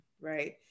right